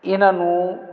ਇਹਨਾਂ ਨੂੰ